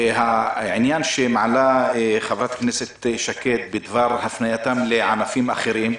העניין שמעלה חברת הכנסת שקד בדבר הפנייתם לענפים אחרים,